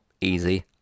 easy